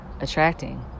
attracting